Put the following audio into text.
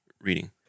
reading